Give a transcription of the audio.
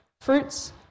fruits